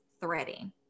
threading